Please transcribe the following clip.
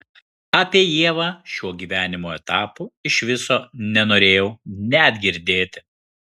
apie ievą šiuo gyvenimo etapu iš viso nenorėjau net girdėti